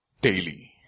daily